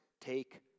take